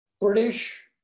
British